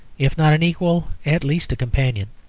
if not an equal, at least a companion.